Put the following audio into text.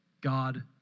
God